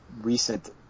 recent